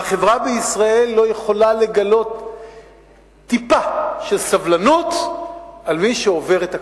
והחברה בישראל לא יכולה לגלות טיפה של סובלנות למי שעובר את הקווים.